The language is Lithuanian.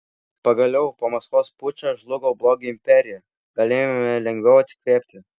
pagaliau po maskvos pučo žlugo blogio imperija galėjome lengviau atsikvėpti